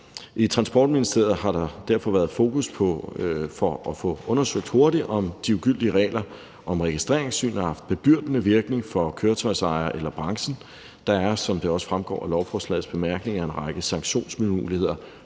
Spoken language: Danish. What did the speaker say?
I Transportministeriet har der derfor været fokus på at få undersøgt hurtigt, om de ugyldige regler om registreringssyn har haft bebyrdende virkning for køretøjsejere eller branchen. Der er, som det også fremgår af lovforslagets bemærkninger, en række sanktionsmuligheder,